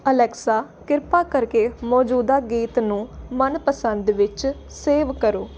Alexa ਕਿਰਪਾ ਕਰਕੇ ਮੌਜੂਦਾ ਗੀਤ ਨੂੰ ਮਨਪਸੰਦ ਵਿੱਚ ਸੇਵ ਕਰੋ